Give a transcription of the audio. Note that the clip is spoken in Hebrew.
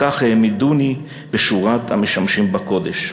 וכך העמידוני בשורת המשמשים בקודש.